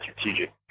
strategic